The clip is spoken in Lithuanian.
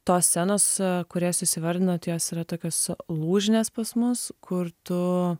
tos scenos kurias jūs įvardinot jos yra tokios lūžinės pas mus kur tu